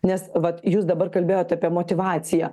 nes vat jūs dabar kalbėjot apie motyvaciją